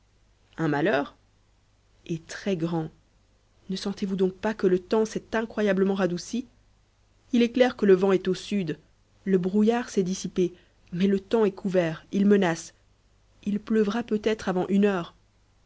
un malheur et très-grand ne sentez-vous donc pas que le temps s'est incroyablement radouci il est clair que le vent est au sud le brouillard s'est dissipé mais le temps est couvert il menace il pleuvra peut-être avant une heure